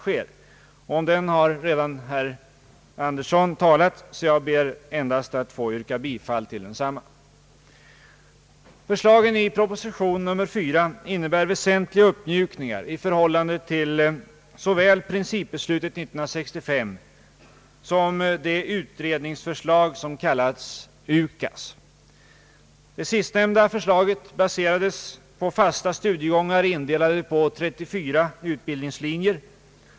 Om denna reservation har redan herr Andersson talat, och jag ber endast att få yrka bifall till densamma. Förslagen i proposition nr 4 innebär väsentliga uppmjukningar i förhållande till såväl principbeslutet 1965 som det utredningsförslag som kallas UKAS. Det sistnämnda förslaget baserades på fasta studiegångar, uppdelade på 34 utbildningslinjer.